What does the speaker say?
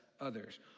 others